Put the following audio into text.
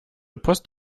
post